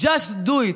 just do it,